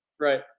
Right